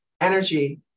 energy